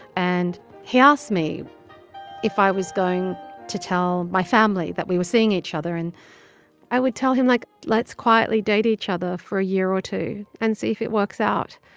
and he asked me if i was going to tell my family that we were seeing each other. and i would tell him, like, lets quietly date each other for a year or two and see if it works out.